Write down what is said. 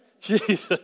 Jesus